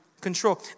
control